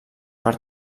per